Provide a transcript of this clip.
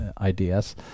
ideas